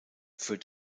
führt